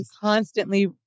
constantly